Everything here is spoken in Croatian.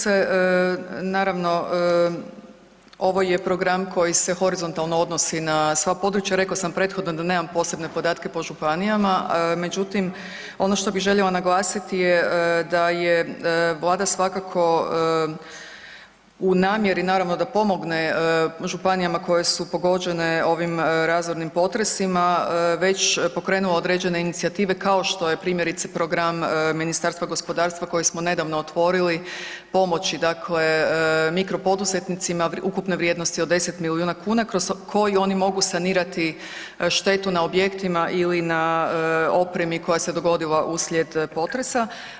Cijenjena zastupnice naravno ovo je program koji se horizontalno odnosi na sva područja, rekla sam prethodno da nemam posebne podatke po županijama, međutim ono što bi željela naglasiti je da je Vlada svakako u namjeri naravno da pomogne županijama koje su pogođene ovim razornim potresima već pokrenula određene inicijative kao što je primjerice program Ministarstva gospodarstva koji smo nedavno otvorili pomoći, dakle mikropoduzetnicima ukupne vrijednosti od 10 milijuna kuna kroz koji oni mogu sanirati štetu na objektima ili na opremi koja se dogodila uslijed potresa.